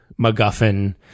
MacGuffin